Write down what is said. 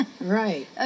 Right